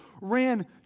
ran